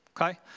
okay